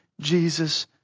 Jesus